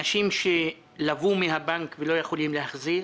אנשים שלוו מהבנק ולא יכולים להחזיר,